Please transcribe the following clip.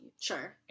Sure